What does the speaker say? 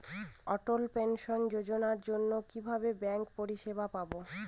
অটল pension যোজনার জন্য কিভাবে ব্যাঙ্কে পরিষেবা পাবো?